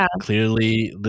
clearly